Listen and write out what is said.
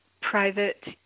private